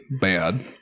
bad